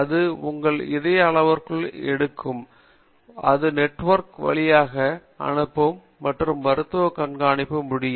அது உங்கள் இதய அளவுருக்கள் எடுக்கும் அது நெட்வொர்க் வழியாக அனுப்பும் மற்றும் மருத்துவர் கண்காணிக்க முடியும்